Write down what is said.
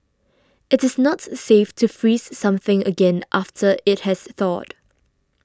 it is not safe to freeze something again after it has thawed